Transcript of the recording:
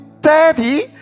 Daddy